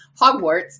Hogwarts